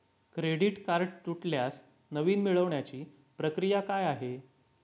Credit card तुटल्यास नवीन मिळवण्याची प्रक्रिया काय आहे?